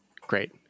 Great